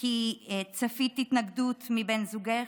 כי צפית התנגדות מבן זוגך?